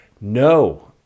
No